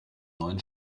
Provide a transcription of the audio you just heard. neuen